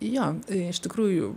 jo iš tikrųjų